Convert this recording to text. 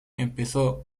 empezó